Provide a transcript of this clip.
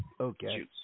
Okay